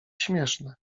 śmieszne